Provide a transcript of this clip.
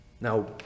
Now